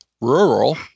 rural